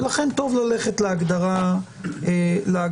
ולכן טוב ללכת להגדרה הכללית.